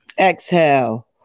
Exhale